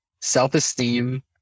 self-esteem